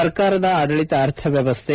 ಸರ್ಕಾರದ ಆಡಳತ ಅರ್ಥವ್ಯವಸ್ಥೆ